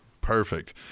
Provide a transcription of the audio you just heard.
perfect